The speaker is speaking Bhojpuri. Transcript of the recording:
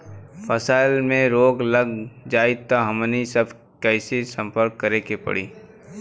फसल में रोग लग जाई त हमनी सब कैसे संपर्क करें के पड़ी?